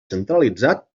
centralitzat